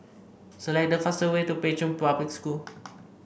select the fastest way to Pei Chun Public School